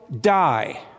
die